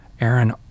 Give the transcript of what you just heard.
Aaron